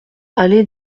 allée